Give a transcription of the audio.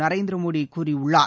நரேந்திர மோடி கூறியுள்ளார்